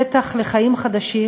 פתח לחיים חדשים,